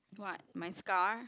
what my scar